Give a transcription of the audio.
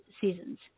seasons